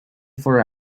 four